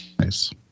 Nice